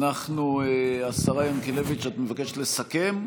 השרה ינקלביץ', את מבקשת לסכם?